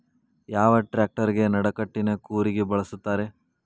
ಯಾವ ಟ್ರ್ಯಾಕ್ಟರಗೆ ನಡಕಟ್ಟಿನ ಕೂರಿಗೆ ಬಳಸುತ್ತಾರೆ?